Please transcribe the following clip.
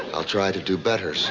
i'll try to do better, sir.